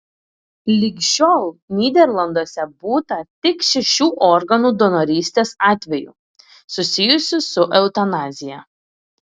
lig šiol nyderlanduose būta tik šešių organų donorystės atvejų susijusių su eutanazija